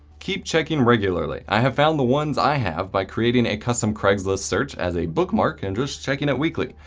keep checking regularly. i have found the ones i have by creating a custom craigslist search as a bookmark, and just checking it weekly.